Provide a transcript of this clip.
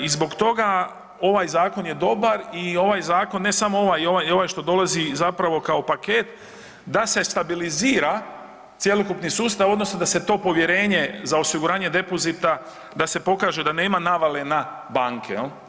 I zbog toga ovaj zakon je dobar i ovaj zakon, ne samo ovaj i ovaj, ovaj što dolazi zapravo kao paket, da se stabilizira cjelokupni sustav odnosno da se to povjerenje za osiguranje depozita, da se pokaže da nema navale na banke, jel.